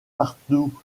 pardoux